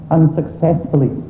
unsuccessfully